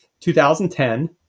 2010